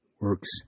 works